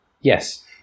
Yes